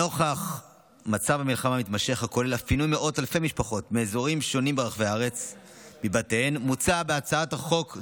במתקפת טרור נפשעת זו נרצחו מעל 1,200 אזרחים פלוס חיילים ואנשי כוחות